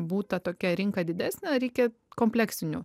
būt ta tokia rinka didesnė reikia kompleksinių